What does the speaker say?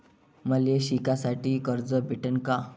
मले शिकासाठी कर्ज भेटन का?